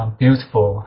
beautiful